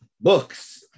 books